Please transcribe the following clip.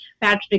patrick